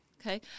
Okay